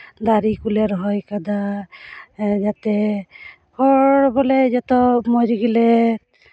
ᱫᱟᱨᱮ ᱠᱚᱞᱮ ᱨᱚᱦᱚᱭ ᱠᱟᱫᱟ ᱦᱮᱸ ᱡᱟᱛᱮ ᱦᱚᱲ ᱵᱚᱞᱮ ᱡᱚᱛᱚ ᱢᱚᱡᱽ ᱜᱮᱞᱮ